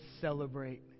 celebrate